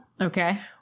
Okay